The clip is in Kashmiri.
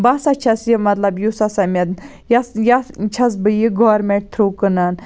بہٕ ہَسا چھَس یہِ مَطلَب یُس ہَسا مےٚ یَتھ یَتھ چھَس بہٕ یہِ گورمنٹ تھروٗ کٕنان